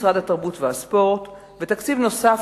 תקציב משרד התרבות והספורט ותקציב נוסף,